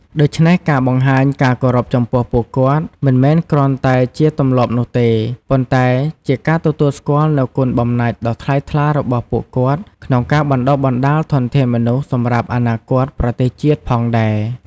ដូច្នេះ ការបង្ហាញការគោរពចំពោះពួកគាត់ មិនមែនគ្រាន់តែជាទម្លាប់នោះទេ ប៉ុន្តែជាការទទួលស្គាល់នូវគុណបំណាច់ដ៏ថ្លៃថ្លារបស់ពួកគាត់ក្នុងការបណ្ដុះបណ្ដាលធនធានមនុស្សសម្រាប់អនាគតប្រទេសជាតិផងដែរ។